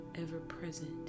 ever-present